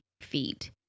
feet